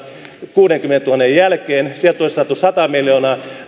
kuudenkymmenentuhannen jälkeen sieltä olisi saatu sata miljoonaa